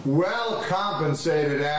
well-compensated